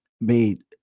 made